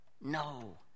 no